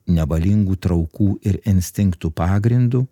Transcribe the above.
nevalingų traukų ir instinktų pagrindu